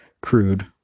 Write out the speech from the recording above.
Crude